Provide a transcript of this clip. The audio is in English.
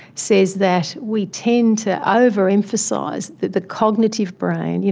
says that we tend to ah over-emphasise that the cognitive brain, you